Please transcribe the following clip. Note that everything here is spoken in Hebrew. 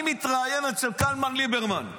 אני מתראיין אצל קלמן-ליברמן.